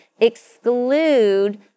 exclude